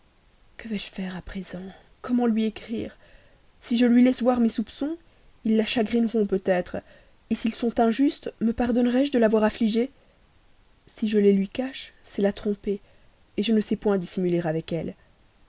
que vais-je faire à présent comment lui écrire si je lui laisse voir mes soupçons ils la chagrineront peut-être s'ils sont injustes me pardonnerais je de l'avoir affligée si je les lui cache c'est la tromper je ne sais point dissimuler avec elle